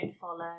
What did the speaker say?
follow